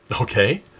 Okay